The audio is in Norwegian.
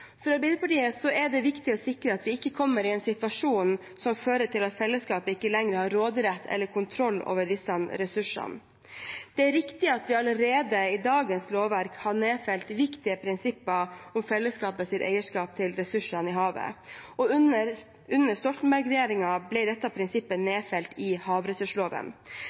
For Arbeiderpartiet er det viktig å sikre at vi ikke kommer i en situasjon som fører til at fellesskapet ikke lenger har råderett eller kontroll over disse ressursene. Det er riktig at vi allerede i dagens lovverk har nedfelt viktige prinsipper om fellesskapets eierskap til ressursene i havet. Under Stoltenberg-regjeringen ble dette prinsippet nedfelt i havressursloven.